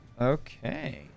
Okay